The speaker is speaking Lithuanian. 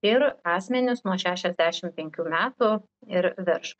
ir asmenys nuo šešiasdešim penkių metų ir virš